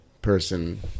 person